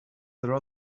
there